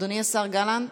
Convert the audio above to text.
אדוני השר גלנט,